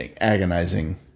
agonizing